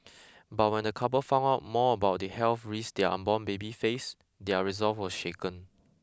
but when the couple found out more about the health risks their unborn baby faced their resolve was shaken